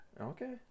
Okay